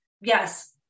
Yes